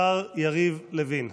השר יריב לוין.